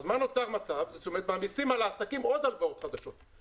אז נוצר מצב שמעמיסים על העסקים עוד הלוואות חדשות.